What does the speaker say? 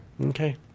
Okay